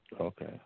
Okay